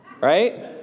right